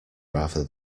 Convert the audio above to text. rather